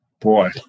boy